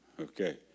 Okay